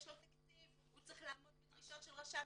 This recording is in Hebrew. יש לו תקציב, הוא צריך לעמוד בדרישות של רשם